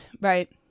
Right